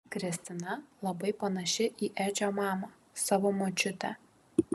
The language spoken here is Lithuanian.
kristina labai panaši į edžio mamą savo močiutę